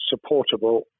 supportable